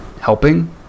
helping